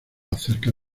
acerca